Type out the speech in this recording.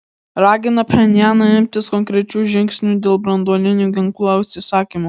ragina pchenjaną imtis konkrečių žingsnių dėl branduolinių ginklų atsisakymo